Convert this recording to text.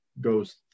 goes